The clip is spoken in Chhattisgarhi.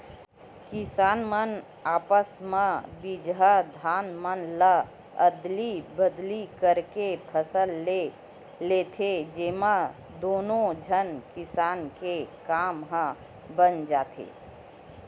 किसान मन आपस म बिजहा धान मन ल अदली बदली करके फसल ले लेथे, जेमा दुनो झन किसान के काम ह बन जाथे